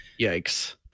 Yikes